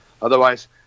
Otherwise